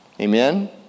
Amen